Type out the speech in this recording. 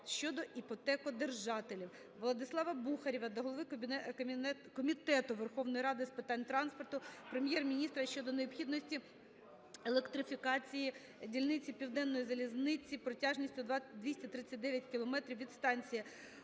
щодо іпотекодержателів. Владислава Бухарєва до голови Комітету Верховної Ради з питань транспорту, Прем'єр-міністра щодо необхідності електрифікації дільниці Південної залізниці протяжністю 239 кілометрів від станції